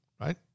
Right